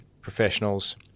professionals